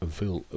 veel